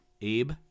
Abe